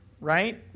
right